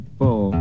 four